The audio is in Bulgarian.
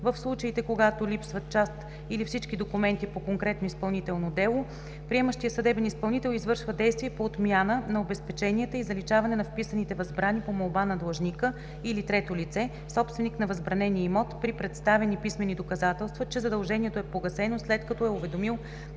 в случаите когато липсват част или всички документи по конкретно изпълнително дело, приемащият съдебен изпълнител извършва действия по отмяна на обезпеченията и заличаване на вписаните възбрани по молба на длъжника, или трето лице – собственик на възбранения имот при представени писмени доказателства, че задължението е погасено след като е уведомил писмено